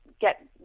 get